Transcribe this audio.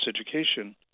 education